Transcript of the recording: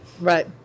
right